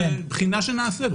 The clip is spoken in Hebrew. זאת בחינה שנעשה.